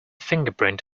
fingerprint